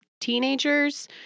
teenagers